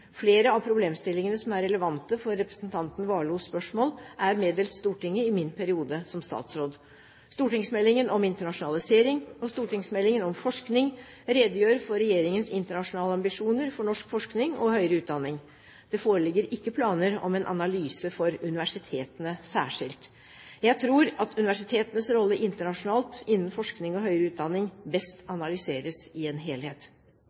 Flere av problemstillingene som er relevante for representanten Warloes spørsmål, er meddelt Stortinget i min periode som statsråd. Stortingsmeldingen om internasjonalisering og stortingsmeldingen om forskning redegjør for regjeringens internasjonale ambisjoner for norsk forskning og høyere utdanning. Det foreligger ikke planer om en analyse for universitetene særskilt. Jeg tror at universitetenes rolle internasjonalt innen forskning og høyere utdanning best analyseres i en helhet.